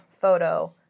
photo